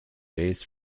days